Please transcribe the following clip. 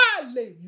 hallelujah